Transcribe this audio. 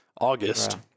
August